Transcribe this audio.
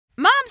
Moms